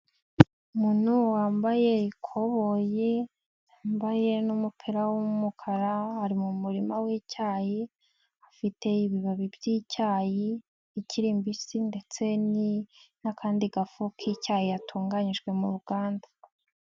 Umuntu wambaye ikoboyi, yambaye n'umupira w'umukara, ari mu murima w'icyayi, afite ibibabi by'icyayi kibisi, ndetse n'akandi gafu k'icyayi yatunganyijwe mu Ruganda.